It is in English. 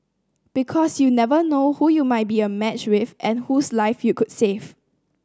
because you never know who you might be a match with and whose life you could save